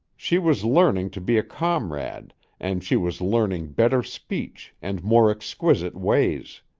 she was learning to be a comrade and she was learning better speech and more exquisite ways.